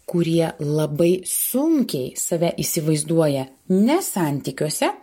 kurie labai sunkiai save įsivaizduoja ne santykiuose